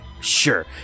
Sure